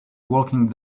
walking